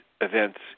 events